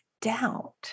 doubt